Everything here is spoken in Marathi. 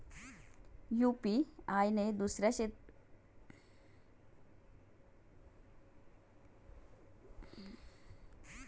यु.पी.आय ने दुसऱ्या देशात पैसे पाठवू शकतो का?